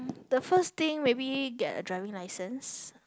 the first thing maybe get a driving license